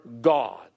God